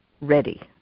ready